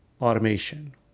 automation